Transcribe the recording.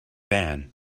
van